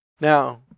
Now